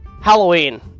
Halloween